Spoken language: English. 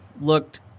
looked